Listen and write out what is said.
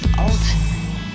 ultimate